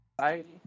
society